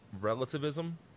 relativism